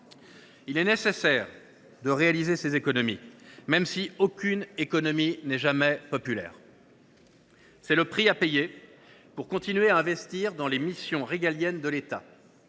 Il est nécessaire de réaliser ces économies, même si aucune économie n’est jamais populaire. C’est le prix à payer pour continuer à investir dans les missions régaliennes de l’État.